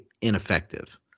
ineffective